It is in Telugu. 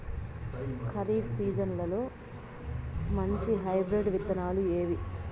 ఖరీఫ్ సీజన్లలో మంచి హైబ్రిడ్ విత్తనాలు ఏవి